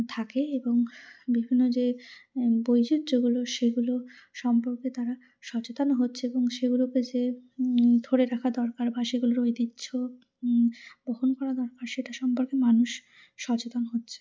থাকে এবং বিভিন্ন যে বৈচিত্রগুলো সেগুলো সম্পর্কে তারা সচেতন হচ্ছে এবং সেগুলোকে যে ধরে রাখা দরকার বা সেগুলোর ঐতিহ্য বহন করা দরকার সেটা সম্পর্কে মানুষ সচেতন হচ্ছে